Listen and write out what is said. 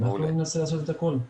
ננסה לעשות את הכל.